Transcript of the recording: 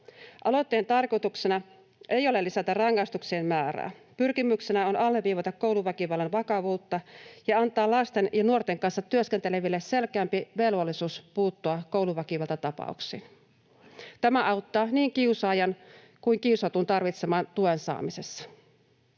Aloitteen tarkoituksena ei ole lisätä rangaistuksien määrää; pyrkimyksenä on alleviivata kouluväkivallan vakavuutta ja antaa lasten ja nuorten kanssa työskenteleville selkeämpi velvollisuus puuttua kouluväkivaltatapauksiin. Tämä auttaa niin kiusaajan kuin kiusatun tarvitseman tuen saamisessa.